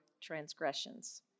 transgressions